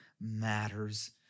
matters